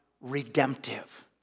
redemptive